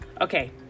Okay